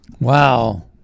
Wow